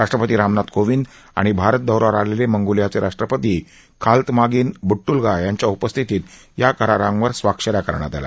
राष्ट्रपती रामनाथ कोविंद आणि भारत दौ यावर आलेले मंगोलियाचे राष्ट्रपती खाल्तमागीन बटटल्गा यांच्या उपस्थितीत या करारांवर स्वाक्ष या करण्यात आल्या